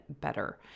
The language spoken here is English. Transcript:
better